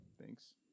Thanks